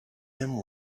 them